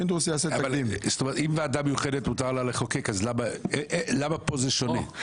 אם לוועדה מיוחדת מותר לחוקק אז למה פה זה שונה?